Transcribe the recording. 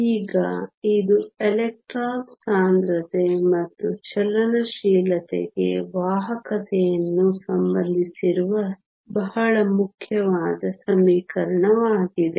ಈಗ ಇದು ಎಲೆಕ್ಟ್ರಾನ್ ಸಾಂದ್ರತೆ ಮತ್ತು ಚಲನಶೀಲತೆಗೆ ವಾಹಕತೆಯನ್ನು ಸಂಬಂಧಿಸಿರುವ ಬಹಳ ಮುಖ್ಯವಾದ ಸಮೀಕರಣವಾಗಿದೆ